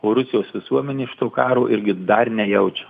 o rusijos visuomenė šito karo irgi dar nejaučia